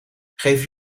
geven